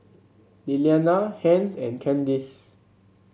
Lilianna Hence and Candyce